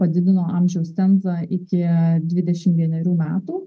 padidino amžiaus cenzą iki dvidešim vienerių metų